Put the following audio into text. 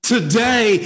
Today